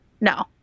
No